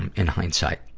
and in hindsight.